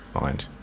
mind